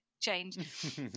change